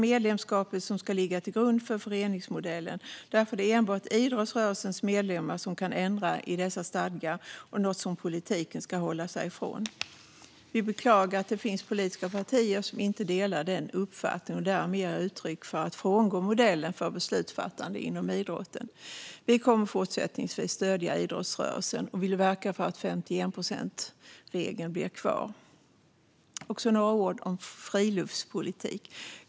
Medlemskapet ska ligga till grund för föreningsmodellen. Därför är det enbart idrottsrörelsens medlemmar som kan ändra i stadgarna. Det är något som politiken ska hålla sig ifrån. Vi beklagar att det finns politiska partier som inte delar den uppfattningen och därmed ger uttryck för att frångå modellen för beslutsfattande inom idrotten. Vi kommer att fortsätta stödja idrottsrörelsen och vill verka för att 51-procentsregeln ska vara kvar. Jag vill också säga några ord om friluftspolitik.